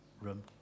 room